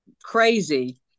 crazy